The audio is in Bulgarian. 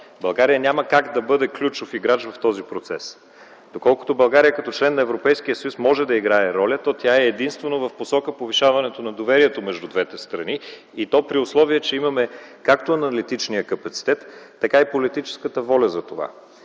България няма как да бъде ключов играч в този процес. Доколкото България като член на Европейския съюз може да играе роля, то тя е единствено в посока повишаването на доверието между двете страни и то при условие, че имаме както аналитичния капацитет, така и политическата воля за това.